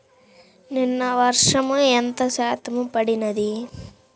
నిన్న వర్షము ఎంత శాతము పడినది?